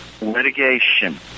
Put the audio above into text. litigation